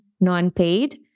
non-paid